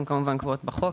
הם כמובן קבועות בחוק.